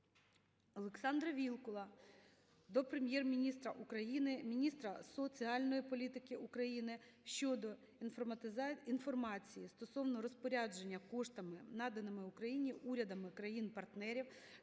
Олександра Вілкула до Прем'єр-міністра України, міністра соціальної політики України щодо інформації стосовно розпорядження коштами наданими Україні урядами країн-партнерів,